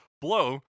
Blow